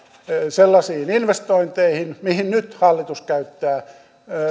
sellaisiin investointeihin mihin hallitus nyt käyttää